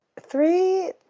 Three